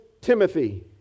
Timothy